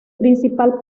principal